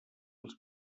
els